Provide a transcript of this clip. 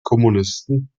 kommunisten